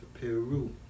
Peru